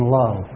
love